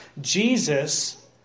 Jesus